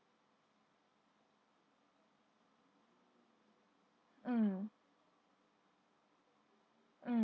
mm mm